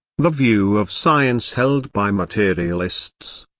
the view of science held by materialists,